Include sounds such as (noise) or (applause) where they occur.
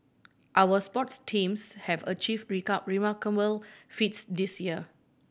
our sports teams have achieved (unintelligible) remarkable feats this year